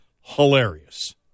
hilarious